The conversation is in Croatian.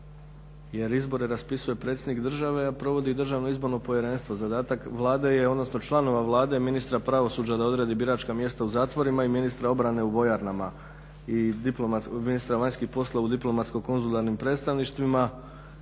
jer izbore raspisuje predsjednik države, a provodi DIP. Zadatak Vlade je, odnosno članova Vlade, ministra pravosuđa da odredi biračka mjesta u zatvorima i ministra obrane u vojarnama i ministra vanjskih poslova u diplomatsko-konzularnim predstavništvima